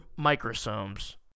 microsomes